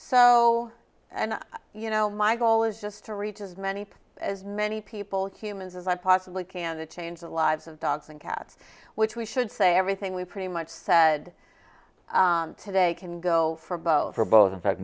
so and you know my goal is just to reach as many as many people humans as i possibly can to change the lives of dogs and cats which we should say everything we pretty much said today can go for both or both in